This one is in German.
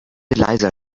leiser